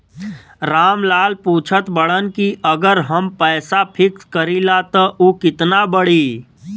राम लाल पूछत बड़न की अगर हम पैसा फिक्स करीला त ऊ कितना बड़ी?